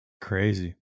Crazy